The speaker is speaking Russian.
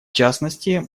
частности